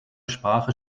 sprache